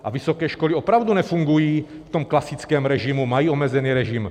A vysoké školy opravdu nefungují v tom klasickém režimu, mají omezený režim.